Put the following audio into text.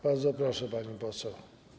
Bardzo proszę, pani poseł.